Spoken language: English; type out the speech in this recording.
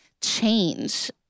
change